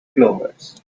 clovers